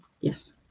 Yes